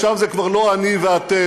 עכשיו זה כבר לא אני ואתם,